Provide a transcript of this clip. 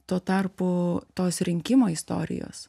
tuo tarpu tos rinkimų istorijos